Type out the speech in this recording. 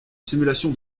simulation